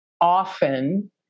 often